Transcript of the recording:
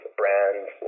brands